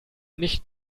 nicht